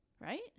Right